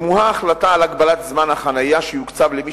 תמוהה ההחלטה על הגבלת זמן החנייה שיוקצב למי